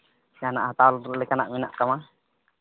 ᱡᱟᱦᱟᱱᱟᱜ ᱦᱟᱛᱟᱣ ᱞᱮᱠᱟᱱᱟᱜ ᱢᱮᱱᱟᱜ ᱛᱟᱢᱟ